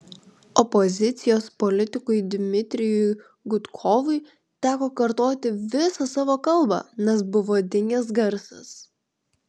opozicijos politikui dmitrijui gudkovui teko kartoti visą savo kalbą nes buvo dingęs garsas